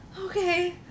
Okay